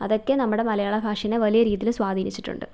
അതൊക്കെ നമ്മുടെ മലയാള ഭാഷേനെ വലിയ രീതിയിൽ സ്വാധീനിച്ചിട്ടുണ്ട്